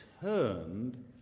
turned